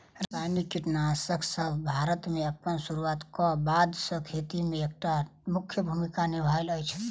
रासायनिक कीटनासकसब भारत मे अप्पन सुरुआत क बाद सँ खेती मे एक टा मुख्य भूमिका निभायल अछि